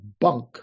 bunk